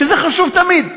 שזה חשוב תמיד,